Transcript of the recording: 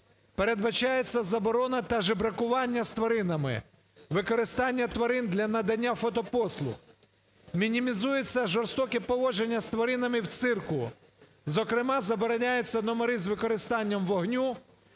Передбачається заборона та жебракування з тваринами, використання тварин для надання фотопослуг. Мінімізується жорстоке поводження з тваринами в цирку. Зокрема, забороняються номери з використанням вогню,